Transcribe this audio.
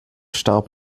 starb